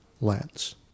lens